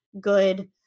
good